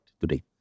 today